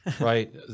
right